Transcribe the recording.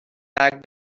packed